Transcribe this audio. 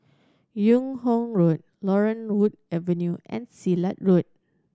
Yung Ho Road Laurel Wood Avenue and Silat Road